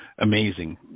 Amazing